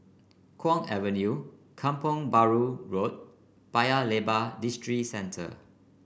Kwong Avenue Kampong Bahru Road Paya Lebar Districentre